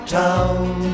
town